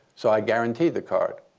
so i guarantee the card.